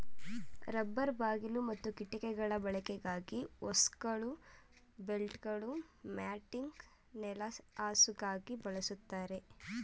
rubber ಬಾಗಿಲು ಮತ್ತು ಕಿಟಕಿಗಳ ಬಳಕೆಗಾಗಿ ಹೋಸ್ಗಳು ಬೆಲ್ಟ್ಗಳು ಮ್ಯಾಟಿಂಗ್ ನೆಲಹಾಸುಗಾಗಿ ಬಳಸ್ತಾರೆ